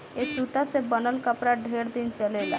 ए सूता से बनल कपड़ा ढेरे दिन चलेला